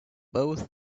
both